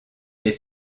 des